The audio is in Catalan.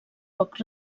poc